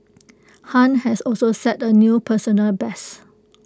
han has also set A new personal best